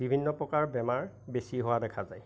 বিভিন্ন প্ৰকাৰৰ বেমাৰ বেছি হোৱা দেখা যায়